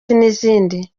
n’izindi